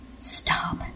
Stop